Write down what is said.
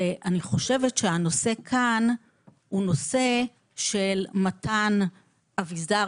אני חושבת שהנושא כאן הוא נושא של מתן אביזר